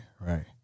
right